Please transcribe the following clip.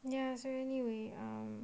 ya so ya anyway